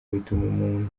bituma